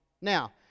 Now